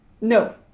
No